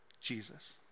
jesus